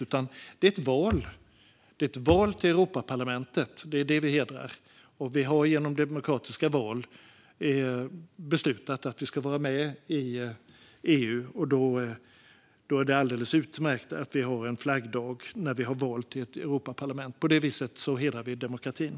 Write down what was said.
Det handlar om ett val - till Europaparlamentet - och det är detta vi hedrar. Vi har genom demokratiska val beslutat att vi ska vara med i EU, och då är det alldeles utmärkt att dagen för val till Europaparlamentet blir flaggdag. På det viset hedrar vi demokratin.